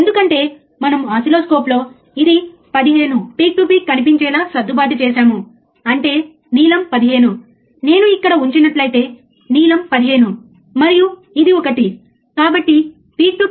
కాబట్టి ఆ ప్రయోగం చేద్దాం ఫ్రీక్వెన్సీని తక్కువకు తీసుకువచ్చి మరియు నెమ్మదిగా పెంచుదాం మరియు మార్పును మీరు ఓసిల్లోస్కోప్లో చూస్తారు